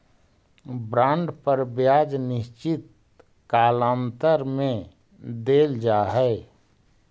bond पर ब्याज निश्चित कालांतर में देल जा हई